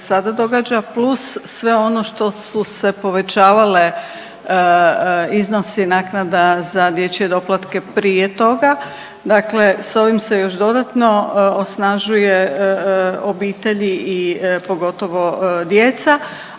sada događa plus sve ono što su se povećavali iznosi naknada za dječje doplatke prije toga. Dakle, s ovim se još dodatno osnažuje obitelji i pogotovo djeca,